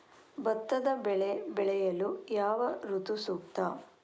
ಭತ್ತದ ಬೆಳೆ ಬೆಳೆಯಲು ಯಾವ ಋತು ಸೂಕ್ತ?